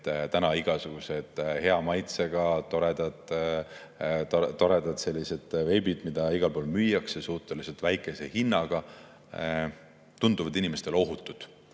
igasugused hea maitsega, toredad veibid, mida igal pool müüakse suhteliselt väikese hinnaga, inimestele ohutud.